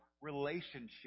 relationship